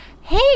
hey